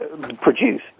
produce